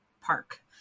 park